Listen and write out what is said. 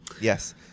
Yes